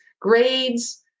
grades